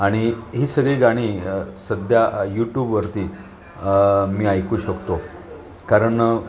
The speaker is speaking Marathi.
आणि ही सगळी गाणी सध्या यूट्यूबवरती मी ऐकू शकतो कारण